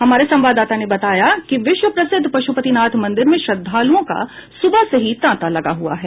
हमारे संवाददाता ने बताया कि विश्व प्रसिद्ध पशुपतिनाथ मंदिर में श्रद्धालुओं का सुबह से ही तांता लगा हुआ है